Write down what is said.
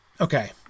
Okay